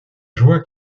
joie